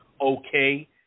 okay